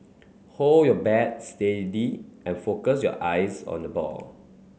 hold your bat steady and focus your eyes on the ball